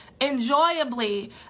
enjoyably